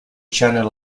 channel